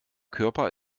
körper